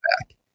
back